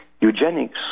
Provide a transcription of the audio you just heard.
Eugenics